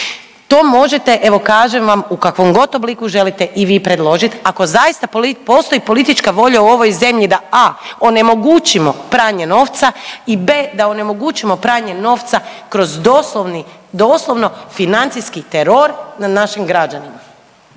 To možete evo kažem vam u kakvom god obliku želite i vi predložiti ako zaista postoji politička volja u ovoj zemlji da a) onemogućimo pranje novca i b) da ne onemogućimo pranje novca kroz doslovni, doslovno financijski teror nad našim građanima.